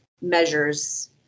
measures